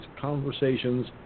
conversations